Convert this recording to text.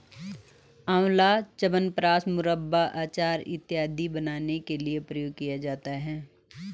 आंवला च्यवनप्राश, मुरब्बा, अचार इत्यादि बनाने के लिए प्रयोग किया जाता है